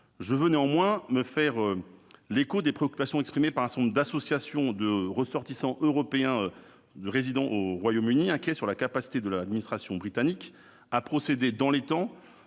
Je veux néanmoins me faire l'écho des préoccupations exprimées par un certain nombre d'associations de ressortissants européens résidant au Royaume-Uni. Elles s'inquiètent de la capacité de l'administration britannique à procéder, sans erreur